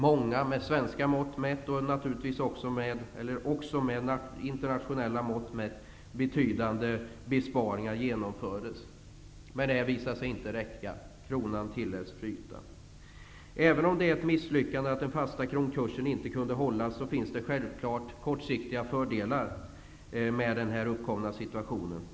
Många med både svenska och internationella mått mätt betydande besparingar genomfördes. Men det visade sig inte räcka. Kronan tilläts flyta. Även om det är ett misslyckande att den fasta kronkursen inte kunde hållas, finns det självklart kortsiktiga fördelar med den nu uppkomna situationen.